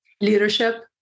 leadership